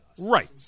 Right